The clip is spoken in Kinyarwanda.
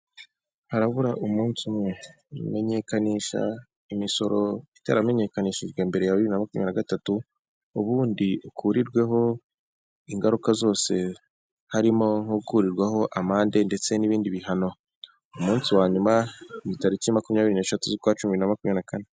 Harabura umunsi umwe. Menyekanisha imisoro itaramenyekanishijwe mbere ya bibiri na makumyabiri na gatatu, ubundi ukurirweho ingaruka zose harimo nko gukurirwaho amande ndetse n'ibindi bihano. Umunsi wa nyuma ni tariki makumyabiri n'eshatu z'ukwa cumi na makumyabiri na kane.